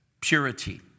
purity